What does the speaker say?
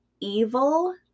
evil